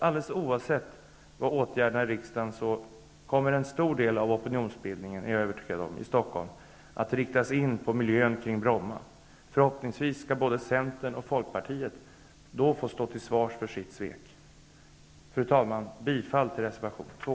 Alldeles oavsett vart åtgärderna i riksdagen leder, kommer en stor del av opinionsbildningen i Stockholm att riktas in på miljön kring Bromma. Det är jag övertygad om. Förhoppningsvis skall både Centern och Folkpartiet då få stå till svars för sitt svek. Fru talman! Jag yrkar bifall till reservation 2.